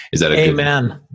Amen